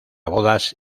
bodas